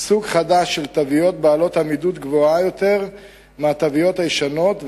סוג חדש של תוויות בעלות עמידות גבוהה יותר מהתוויות הישנות,